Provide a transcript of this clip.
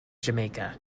jamaica